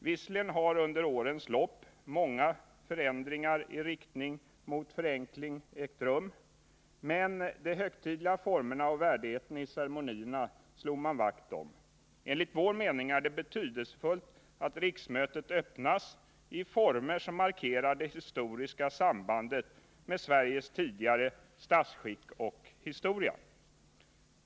Visserligen har under årens lopp många förändringar i riktning mot förenkling ägt rum, men de högtidliga formerna och värdigheten i ceremonierna slog man vakt om. Enligt vår mening är det betydelsefullt att riksmötet öppnas i former som markerar det historiska sambandet med Sveriges tidigare statsskick och historia.